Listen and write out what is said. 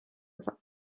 saadud